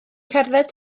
cerdded